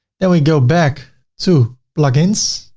then we go back to plugins,